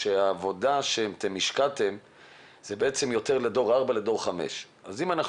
העבודה שהשקעתם היא יותר לדור 4 ולדור 5. אז אם אנחנו